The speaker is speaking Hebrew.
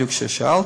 בדיוק מה ששאלת,